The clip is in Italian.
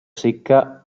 secca